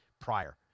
prior